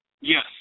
Yes